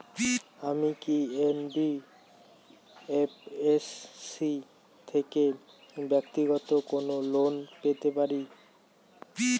আমি কি এন.বি.এফ.এস.সি থেকে ব্যাক্তিগত কোনো লোন পেতে পারি?